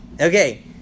okay